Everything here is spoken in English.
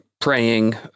praying